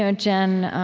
ah jen,